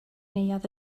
neuadd